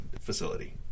facility